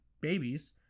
babies